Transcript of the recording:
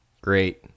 Great